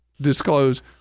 disclose